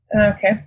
Okay